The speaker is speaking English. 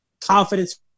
confidence